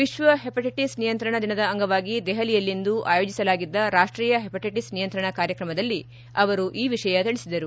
ವಿಶ್ವ ಹೆಪಾಟ್ಲೆಟಿಸ್ ನಿಯಂತ್ರಣ ದಿನದ ಅಂಗವಾಗಿ ದೆಹಲಿಯಲ್ಲಿಂದು ಆಯೋಜಿಸಲಾಗಿದ್ದ ರಾಷ್ಷೀಯ ಹೆಪಾಟ್ಗೆಟಿಸ್ ನಿಯಂತ್ರಣ ಕಾರ್ಯಕ್ರಮದಲ್ಲಿ ಅವರು ಈ ವಿಷಯ ತಿಳಿಸಿದರು